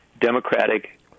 Democratic